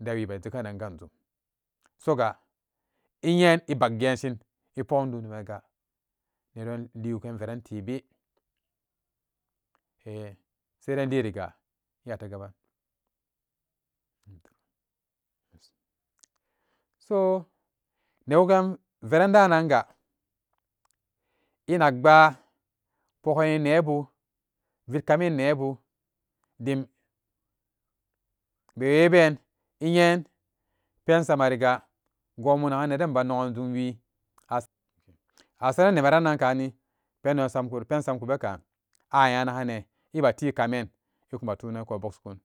dewii ee jeganan ganjum sooga inye e bakgenshin e pugum duniya bega nedon lii wugan veran tebe ehh saidai nliinga eyate gaban soo newugan veran dananga enakpba pogenninebu vitkaminnebu jim bewe ben inyen pensamarigaa gonbu nagan neden baa nogan jumwii a-himm asarannemerankani pendonsamku pensamkubekan anyanagane ebeti kamin ekumatunan ku bokhshikun